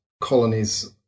colonies